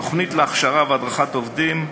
תוכנית להכשרה והדרכת עובדים,